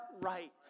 right